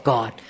God